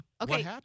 okay